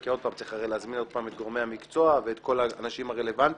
כי צריך הרי להזמין את גורמי המקצוע וכל האנשים הרלוונטיים.